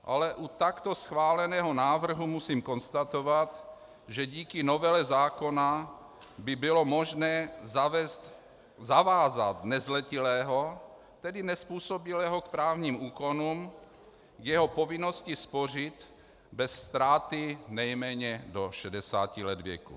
Ale u takto schváleného návrhu musím konstatovat, že díky novele zákona by bylo možné zavázat nezletilého, tedy nezpůsobilého k právním úkonům, k jeho povinnosti spořit bez ztráty nejméně do 60 let věku.